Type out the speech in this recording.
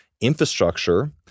infrastructure